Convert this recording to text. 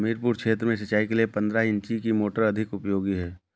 हमीरपुर क्षेत्र में सिंचाई के लिए पंद्रह इंची की मोटर अधिक उपयोगी है?